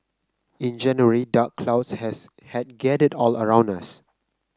in January dark clouds has had gathered all around us